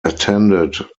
attended